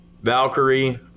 Valkyrie